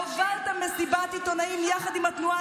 הובלת מסיבת עיתונאים יחד עם התנועה